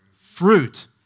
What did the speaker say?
Fruit